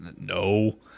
No